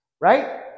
right